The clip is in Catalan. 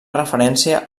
referència